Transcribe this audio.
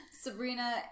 Sabrina